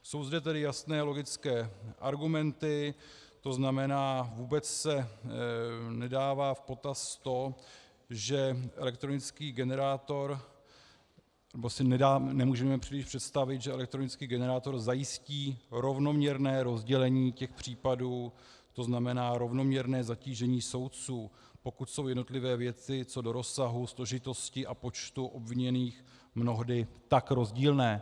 Jsou zde tedy jasné, logické argumenty, to znamená, vůbec se nebere v potaz to, že elektronický generátor nebo si nemůžeme příliš představit, že elektronický generátor zajistí rovnoměrné rozdělení těch případů, to znamená rovnoměrné zatížení soudců, pokud jsou jednotlivé věci co do rozsahu, složitosti a počtu obviněných mnohdy tak rozdílné.